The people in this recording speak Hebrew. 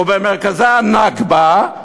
ובמרכזה הנכבה,